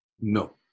No